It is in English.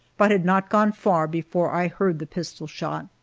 but had not gone far before i heard the pistol shot.